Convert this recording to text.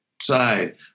side